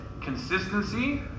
consistency